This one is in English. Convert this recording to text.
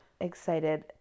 excited